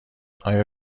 آیا